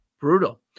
brutal